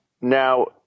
Now